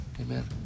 amen